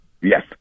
Yes